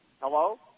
Hello